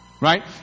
Right